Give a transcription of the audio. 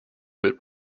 with